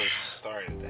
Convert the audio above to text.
started